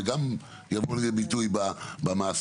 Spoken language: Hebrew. וגם יבוא לידי ביטוי במעשים,